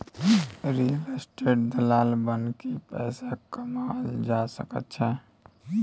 real estate दलाल बनिकए पैसा कमाओल जा सकैत छै